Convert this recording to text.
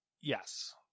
Yes